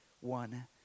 one